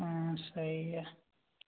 हाँ सही है